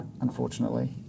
unfortunately